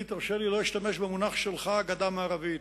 אני, תרשה לי, לא אשתמש במונח שלך "גדה מערבית".